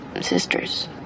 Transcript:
sisters